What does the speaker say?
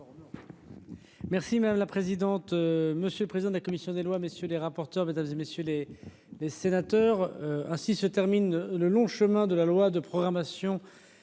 Merci madame la présidente, monsieur le président de la commission des messieurs les rapporteurs mesdames et messieurs les les sénateurs. Ainsi se termine le long chemin de la loi de programmation